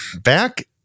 back